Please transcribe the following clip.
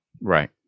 Right